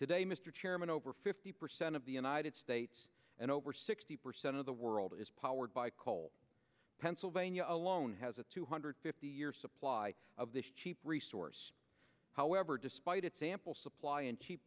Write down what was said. today mr chairman over fifty percent of the united states and over sixty percent of the world is powered by coal pennsylvania alone has a two hundred fifty year supply of this cheap resource however despite its ample supply and cheap